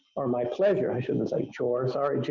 or my pleasure, i shouldn't say chore. sorry